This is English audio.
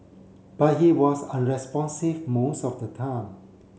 but he was unresponsive most of the time